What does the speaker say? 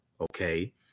okay